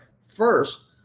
first